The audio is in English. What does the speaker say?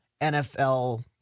NFL